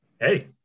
hey